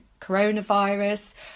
coronavirus